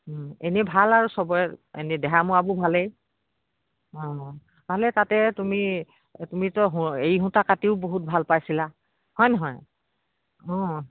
এনেই ভাল আৰু চবৰে এনেই ভালেই অঁ ভালে তাতে তুমি তুমিতো এৰী সূতা কাটিও বহুত ভাল পাইছিলা হয় নহয় অঁ